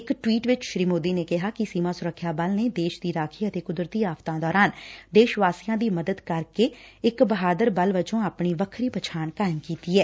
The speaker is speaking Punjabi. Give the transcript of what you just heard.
ਇਕ ਟਵੀਟ ਚ ਸ਼ੀ ਮੋਦੀ ਨੇ ਕਿਹਾ ਕਿ ਸੀਮਾ ਸੁਰੱਖਿਆ ਬਲ ਨੇ ਦੇਸ਼ ਦੀ ਰਾਖੀ ਅਤੇ ਕੁਦਤਰੀ ਆਫ਼ਤਾਂ ਦੌਰਾਨ ਦੇਸ਼ ਵਾਸੀਆਂ ਦੀ ਮਦਦ ਕਰਕੇ ਇਕ ਬਹਾਦਰ ਬਲ ਵੱਲੋਂ ਆਪਣੀ ਪਛਾਣ ਕਾਇਮ ਕੀਤੀ ਏ